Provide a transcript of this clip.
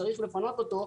שצריך לפנות אותו,